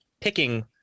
picking